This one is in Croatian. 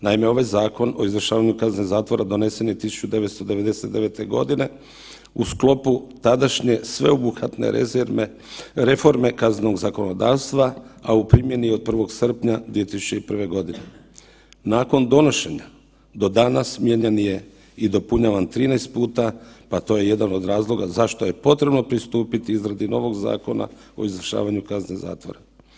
Naime, ovaj Zakon o izvršavanju kazne zatvora donesen je 1999.g. u sklopu tadašnje sveobuhvatne reforme kaznenog zakonodavstva, a u primjeni je od 1. srpnja 2001.g. Nakon donošenja do danas mijenjan je i dopunjavan 13 puta, a to je jedan od razloga zašto je potrebno pristupiti izradi novog Zakona o izvršavanju kazne zatvora.